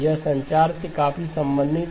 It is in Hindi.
यह संचार से काफी संबंधित है